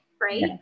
right